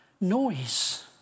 Noise